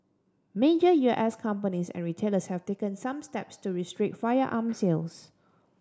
major U S companies and retailers have taken some steps to restrict firearm sales